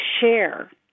share